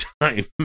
time